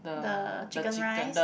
the chicken rice